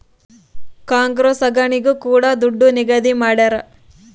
cargo ಸಾಗಣೆಗೂ ಕೂಡ ದುಡ್ಡು ನಿಗದಿ ಮಾಡ್ತರ